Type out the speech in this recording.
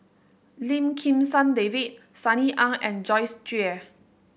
Lim Kim San David Sunny Ang and Joyce Jue